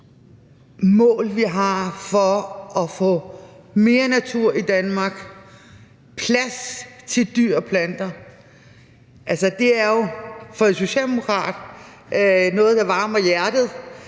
mål, vi har, for at få mere natur i Danmark, plads til dyr og planter? Altså, det er jo for en socialdemokrat noget, der varmer hjertet,